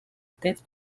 tête